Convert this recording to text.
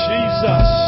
Jesus